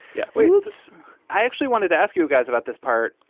yeah it is i actually wanted to ask you guys about this part.